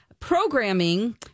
Programming